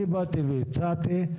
אני הצעתי,